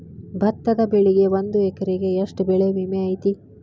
ಭತ್ತದ ಬೆಳಿಗೆ ಒಂದು ಎಕರೆಗೆ ಎಷ್ಟ ಬೆಳೆ ವಿಮೆ ಐತಿ?